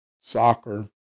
soccer